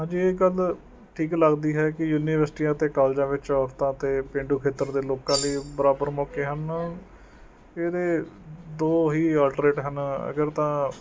ਅਜੇ ਇਹ ਕੱਲ੍ਹ ਠੀਕ ਲੱਗਦੀ ਹੈ ਕਿ ਯੂਨੀਵਰਸਿਟੀਆਂ ਅਤੇ ਕਾਲਜਾਂ ਵਿੱਚ ਆਫਤਾਂ ਅਤੇ ਪੇਂਡੂ ਖੇਤਰ ਦੇ ਲੋਕਾਂ ਲਈ ਬਰਾਬਰ ਮੌਕੇ ਹਨ ਇਹਦੇ ਦੋ ਹੀ ਅਲਟਰੇਟ ਹਨ ਅਗਰ ਤਾਂ